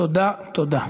תודה, תודה.